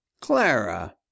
Clara